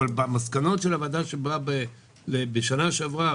אבל במסקנות של הוועדה שבאה בשנה שעברה,